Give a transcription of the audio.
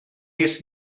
his